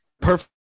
perfect